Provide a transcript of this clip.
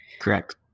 Correct